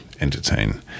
entertain